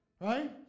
right